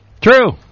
True